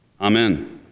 Amen